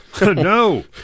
No